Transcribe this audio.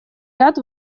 ряд